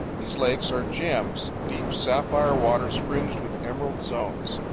these lakes are gems deep sapphire waters fringed with emerald zones.